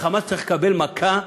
ה"חמאס" צריך לקבל מכה,